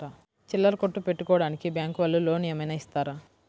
చిల్లర కొట్టు పెట్టుకోడానికి బ్యాంకు వాళ్ళు లోన్ ఏమైనా ఇస్తారా?